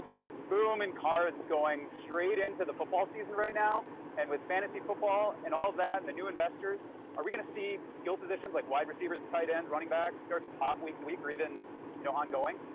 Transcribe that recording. this booming cards going straight into the football season right now and with fantasy football and all of that and the new investors are we gonna see skill positions like wide receivers tight ends running backs, start to pop week to week or even, you know, ongoing.